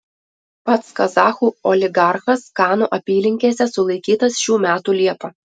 pats kazachų oligarchas kanų apylinkėse sulaikytas šių metų liepą